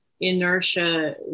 inertia